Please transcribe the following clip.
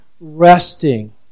resting